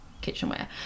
kitchenware